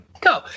go